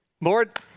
Lord